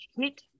hit